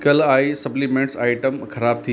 कल आईं supplements items ख़राब थीं